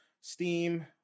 Steam